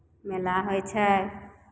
मेला होइ छै